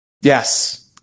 Yes